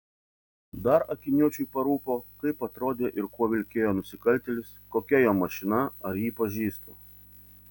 dar akiniuočiui parūpo kaip atrodė ir kuo vilkėjo nusikaltėlis kokia jo mašina ar jį pažįstu